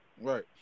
Right